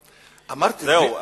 זהו,